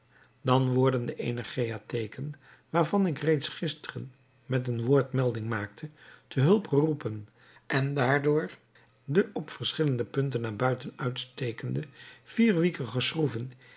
dan worden de energeiatheken waarvan ik reeds gisteren met een woord melding maakte te hulp geroepen en daardoor de op verschillende punten naar buiten uitstekende vier wiekige schroeven